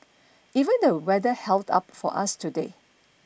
even the weather held up for us today